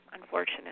unfortunate